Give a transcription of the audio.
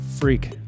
freak